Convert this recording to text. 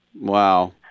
Wow